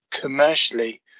commercially